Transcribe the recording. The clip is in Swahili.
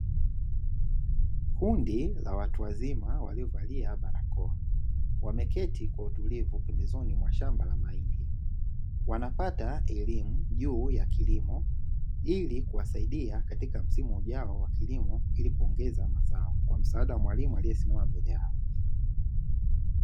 Kundi la watu wazima walio valia barakoa wameketi kwa utulivu pembezoni mwa shamba la mahindi, wanapata elimu juu ya kilimo ili kuwasaidia katika msimu ujao wa kilimo ili kuongeza mazao kwa msaada wa mwalimu aliye simama mbele yao